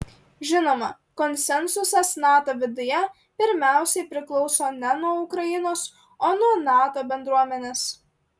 žinoma konsensusas nato viduje pirmiausiai priklauso ne nuo ukrainos o nuo nato bendruomenės